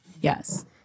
Yes